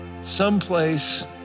someplace